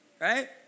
right